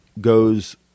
goes